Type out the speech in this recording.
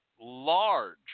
large